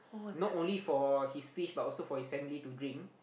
not only for his fish but also for his family to drink